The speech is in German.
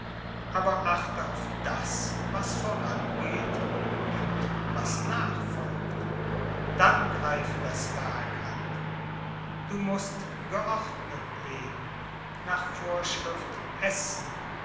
aber achte auf das was vorangeht und was nachfolgt dann greife das werk an du mußt geordnet leben nach vorschrift essen